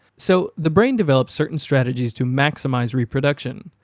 so, the brain developed certain strategies to maximize reproduction.